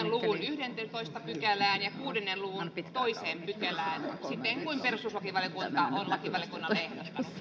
luvun yhdenteentoista pykälään ja kuuden luvun toiseen pykälään siten kuin perustuslakivaliokunta on on lakivaliokunnalle ehdottanut